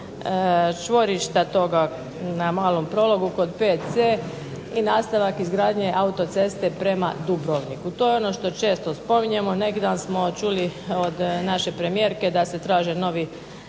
čvorišta toga na malom …/Ne razumije se./… VC i nastavak izgradnje autoceste prema Dubrovniku. To je ono što često spominjemo, neki dan smo čuli od naše premijerke da se traže novi